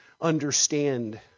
understand